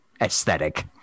aesthetic